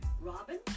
Robin